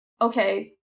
okay